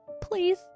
Please